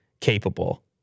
capable